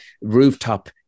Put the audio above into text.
rooftop